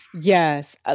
yes